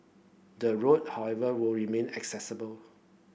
the road however will remain accessible